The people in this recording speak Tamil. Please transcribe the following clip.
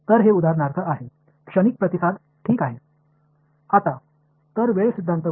எனவே ட்ரான்ஸின்ட் ரெஸ்பான்ஸஸ் இதற்கு ஒரு எடுத்துக்காட்டு